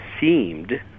seemed